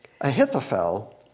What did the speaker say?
Ahithophel